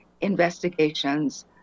investigations